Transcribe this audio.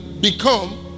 become